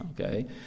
okay